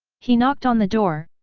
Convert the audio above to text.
he knocked on the door,